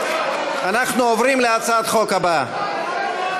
אנחנו עוברים להצעת החוק הבאה, למה לא